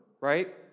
right